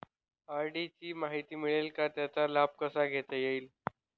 RD ची माहिती मिळेल का, त्याचा लाभ कसा घेता येईल?